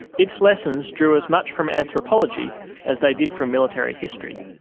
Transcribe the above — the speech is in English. its lessons drew as much from anthropology as they did from military history.